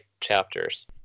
chapters